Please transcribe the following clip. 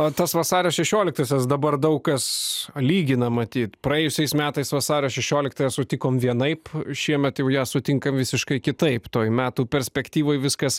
o tas vasario šešioliktosios dabar daug kas lygina matyt praėjusiais metais vasario šešioliktąją sutikom vienaip šiemet jau ją sutinkam visiškai kitaip toje metų perspektyvoj viskas